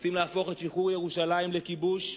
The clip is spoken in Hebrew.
רוצים להפוך את שחרור ירושלים לכיבוש,